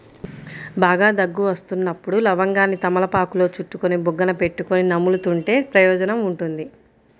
బాగా దగ్గు వస్తున్నప్పుడు లవంగాన్ని తమలపాకులో చుట్టుకొని బుగ్గన పెట్టుకొని నములుతుంటే ప్రయోజనం ఉంటుంది